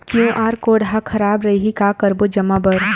QR code हा खराब रही का करबो जमा बर?